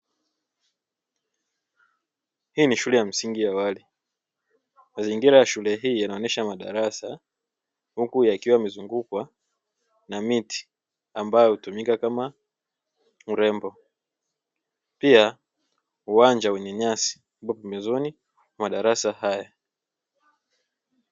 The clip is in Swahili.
Hii ni shule ya msingi ya awali mazingira ya shule hii yanaonesha madarasa huku yakiwa yamezungukwa na miti ambayo hutumika kama urembo pia uwanja wenye nyasi upo pembezoni mwa madarasa haya.